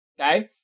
okay